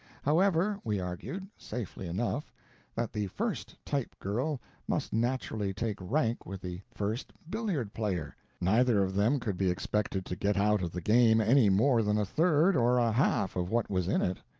however, we argued safely enough that the first type-girl must naturally take rank with the first billiard-player neither of them could be expected to get out of the game any more than a third or a half of what was in it.